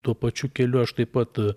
tuo pačiu keliu aš taip pat